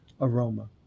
aroma